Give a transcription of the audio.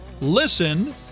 listen